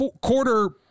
quarter